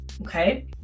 okay